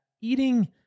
eating